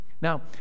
Now